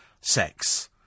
sex